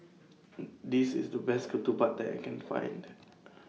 This IS The Best Ketupat that I Can Find